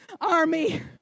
army